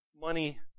money